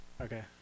Okay